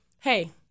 Hey